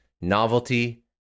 novelty